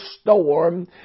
storm